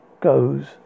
goes